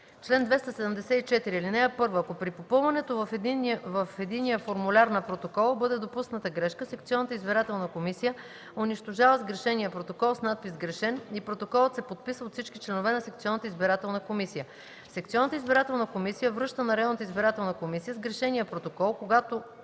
Чл. 274. (1) Ако при попълването в единия формуляр на протокола бъде допусната грешка, секционната избирателна комисия унищожава сгрешения протокол с надпис „сгрешен” и протоколът се подписва от всички членове на секционната избирателна комисия. Секционната избирателна комисия връща на районната избирателна комисия сгрешения протокол, когато